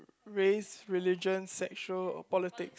race religion sexual or politic